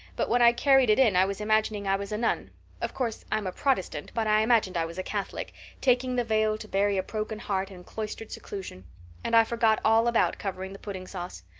but when i carried it in i was imagining i was a nun of course i'm a protestant but i imagined i was a catholic taking the veil to bury a broken heart in cloistered seclusion and i forgot all about covering the pudding sauce.